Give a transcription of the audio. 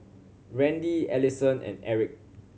Randi Ellison and Erick